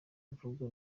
imvugo